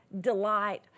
delight